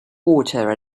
water